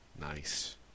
Nice